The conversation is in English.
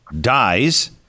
dies